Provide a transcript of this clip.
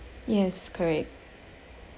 yes correct